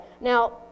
Now